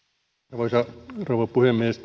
arvoisa rouva puhemies